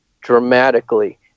dramatically